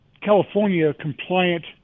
California-compliant